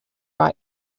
right